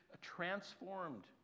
transformed